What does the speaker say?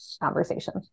conversation